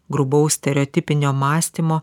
grubaus stereotipinio mąstymo